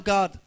God